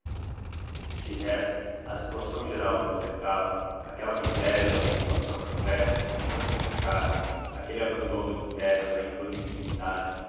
de resto a situação geral que o cercava aquela miséria da população campestre que nunca suspeitara aquele abandono de terras à improdutividade